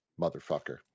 motherfucker